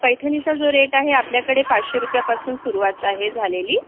पैठणीचा जो रेट आहे आपल्याकडे पाचशे रुपयापासून सुरुवात आहे झालेली